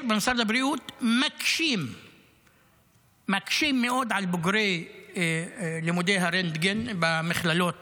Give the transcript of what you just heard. במשרד הבריאות מקשים מאוד על בוגרי לימודי הרנטגן במכללות